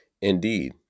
Indeed